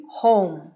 home